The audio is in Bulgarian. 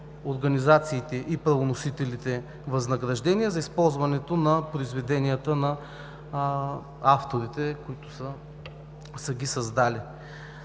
организациите и правоносителите възнаграждение за използването на произведенията на авторите, които са ги създали.